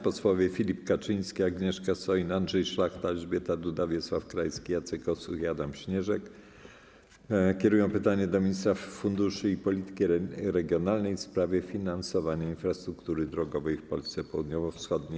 Posłowie Filip Kaczyński, Agnieszka Soin, Andrzej Szlachta, Elżbieta Duda, Wiesław Krajewski, Jacek Osuch i Adam Śnieżek kierują pytanie do ministra funduszy i polityki regionalnej w sprawie finansowania infrastruktury drogowej w Polsce południowo-wschodniej.